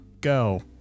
go